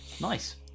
nice